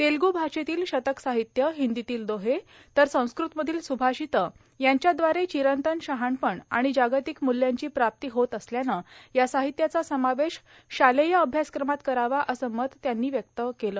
तेलगू भाषेतील शतक साहित्य हिंदीतील दोहे तर संस्कृतमधील सुभाषितं यांच्याद्वारे चिरंतन शहाणपण आणि जागतिक म्ल्यांची प्राप्ती होत असल्यानं या साहित्याचा समावेश शालेय अभ्यासक्रमात करावा असं मत त्यांनी यावेळी मांडलं